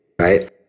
right